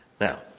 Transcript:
Now